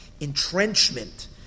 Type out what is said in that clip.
entrenchment